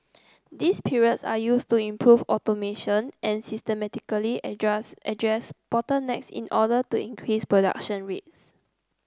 these periods are used to improve automation and systematically address address bottlenecks in order to increase production rates